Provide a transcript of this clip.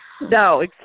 No